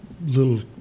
little